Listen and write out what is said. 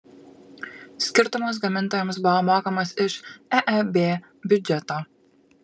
skirtumas gamintojams buvo mokamas iš eeb biudžeto